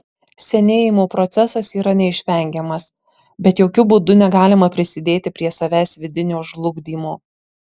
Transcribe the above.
senėjimo procesas yra neišvengiamas bet jokiu būdu negalima prisidėti prie savęs vidinio žlugdymo